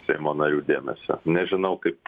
seimo narių dėmesio nežinau kaip